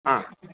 आ